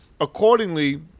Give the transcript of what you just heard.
accordingly